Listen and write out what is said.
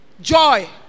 Joy